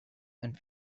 and